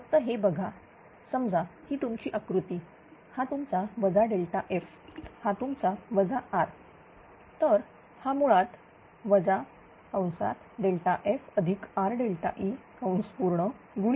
फक्त हे बघा समजा ही तुमची आकृती हा तुमचा वजा ΔF हा तुमचा वजा R तर हा मुळात FREKS